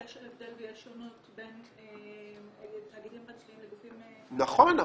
כי יש הבדל ויש שונות בין תאגידים בנקאיים לגופים פיננסיים --- נכון,